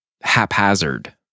haphazard